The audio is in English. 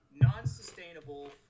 non-sustainable